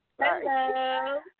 Hello